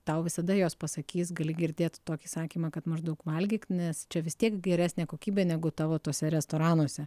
tau visada jos pasakys gali girdėt tokį sakymą kad maždaug valgyk nes čia vis tiek geresnė kokybė negu tavo tuose restoranuose